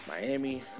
Miami